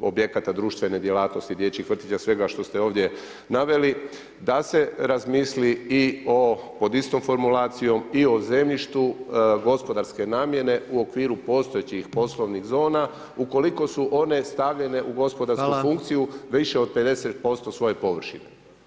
objekata društvene djelatnosti, dječjih vrtića, svega što ste ovdje naveli da se razmili i o pod istom formulacijom i o zemljištu gospodarske namjene u okviru postojećih poslovnih zona ukoliko su one stavljene u gospodarsku funkciju više od 50% svoje površine.